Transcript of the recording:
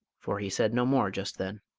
for he said no more just then.